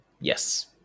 Yes